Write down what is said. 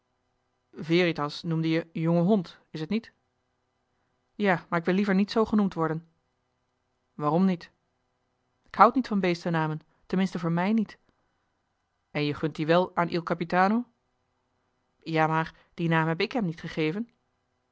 veritas noemde je jonge hond is t niet ja maar ik wil liever niet zoo genoemd worden waarom niet k houd niet van beestennamen ten minste voor mij niet en je gunt dien wel aan il capitano ja maar dien naam heb ik hem niet gegeven